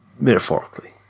Metaphorically